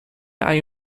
hay